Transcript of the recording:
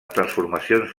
transformacions